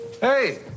Hey